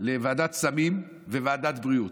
לוועדת סמים וועדת בריאות.